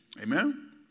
Amen